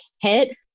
hit